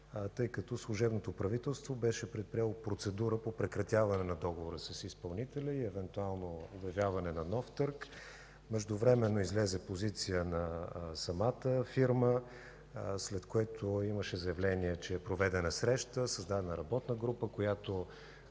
тъй като служебното правителство беше предприело процедура по прекратяване на договора с изпълнителя и евентуално обявяване на нов търг. Междувременно излезе позиция на самата фирма, след което имаше заявление, че е проведена среща, създадена е работна група,